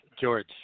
George